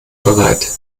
bereit